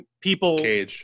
people